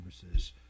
services